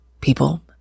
people